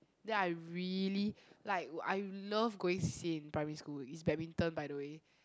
then I really like I love going to C_C_A in primary school it's badminton by the way